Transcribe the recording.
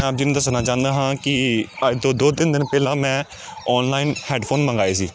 ਮੈਂ ਆਪ ਜੀ ਨੂੰ ਦੱਸਣਾ ਚਾਹੁੰਦਾ ਹਾਂ ਕਿ ਅੱਜ ਤੋਂ ਦੋ ਤਿੰਨ ਦਿਨ ਪਹਿਲਾਂ ਮੈਂ ਔਨਲਾਈਨ ਹੈਡਫੋਨ ਮੰਗਵਾਏ ਸੀ